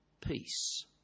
Peace